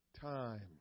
Time